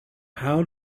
how